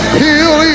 heal